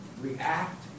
react